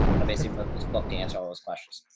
and i basically wrote this book to answer all those questions.